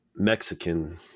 Mexican